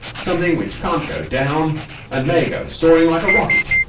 something which can't go down and may go soaring like a rocket.